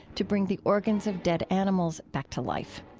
to bring the organs of dead animals back to life.